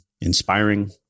inspiring